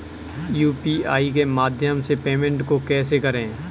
UPI के माध्यम से पेमेंट को कैसे करें?